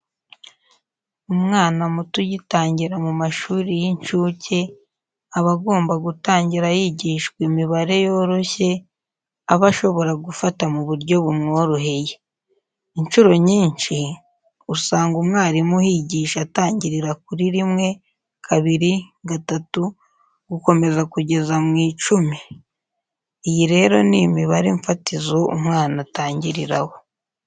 Umwana muto ugitangira mu mashuri y'incuke, aba agomba gutangira yigishwa imibare yoroshye, aba ashobora gufata mu buryo bumworoheye. Incuro nyinshi, usanga umwarimu uhigisha atangirira kuri rimwe, kabiri, gatatu, gukomeza kugeza mu icumi. Iyi rero ni imibare mfatizo umwana atangiriraho.